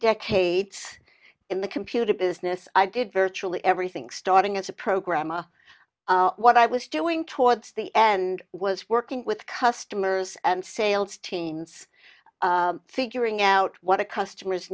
decades in the computer business i did virtually everything starting as a programmer what i was doing towards the end was working with customers and sales teams figuring out what a customer